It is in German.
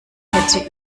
hätte